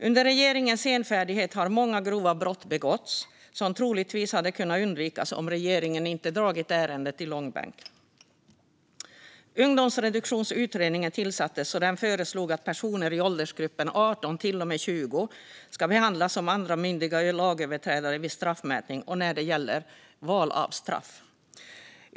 Medan regeringen varit senfärdig har det begåtts många grova brott som troligtvis hade kunnat undvikas om regeringen inte dragit ärendet i långbänk. Ungdomsreduktionsutredningen tillsattes och föreslog att personer i åldersgruppen 18-20 ska behandlas som andra myndiga lagöverträdare vid straffmätning och när det gäller val av straff.